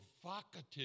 provocative